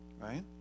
right